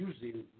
using